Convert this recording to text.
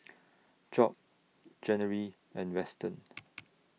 Job January and Weston